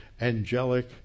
angelic